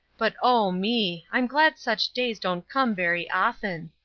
but, oh, me! i'm glad such days don't come very often.